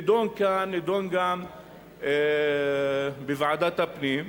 נדון כאן, נדון גם בוועדת הפנים.